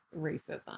racism